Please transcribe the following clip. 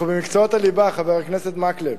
אנחנו במקצועות הליבה, חבר הכנסת מקלב,